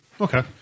Okay